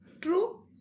True